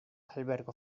alberga